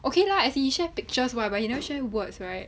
okay lah as in he shares pictures [what] but he never share words right